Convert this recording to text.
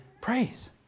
praise